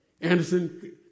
Anderson